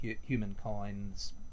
humankind's